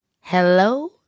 Hello